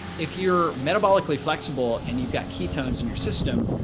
if you're metabolically flexible, and you've got ketones in your system,